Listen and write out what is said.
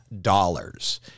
dollars